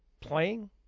playing